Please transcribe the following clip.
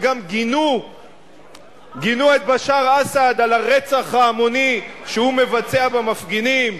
וגם גינו את בשאר אסד על הרצח ההמוני שהוא מבצע במפגינים,